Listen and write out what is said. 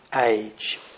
age